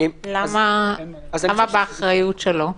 למה באחריות שלו,